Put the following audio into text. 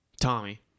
Tommy